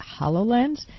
HoloLens